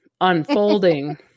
unfolding